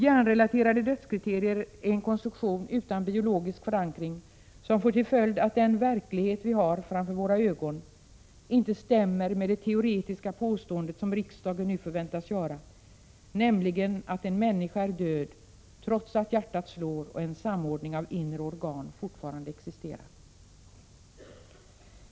Hjärnrelaterade dödskriterier är en konstruktion utan biologisk förankring som får till följd att den verklighet vi har framför våra ögon inte stämmer med det teoretiska påstående som riksdagen nu förväntas göra, nämligen att en människa är död trots att hjärtat slår och en samordning av inre organ fortfarande existerar.